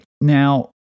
Now